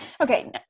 Okay